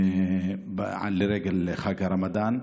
לרגל חג הרמדאן.